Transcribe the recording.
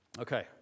Okay